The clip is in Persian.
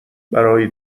برای